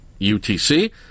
UTC